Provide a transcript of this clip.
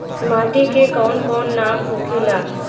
माटी के कौन कौन नाम होखे ला?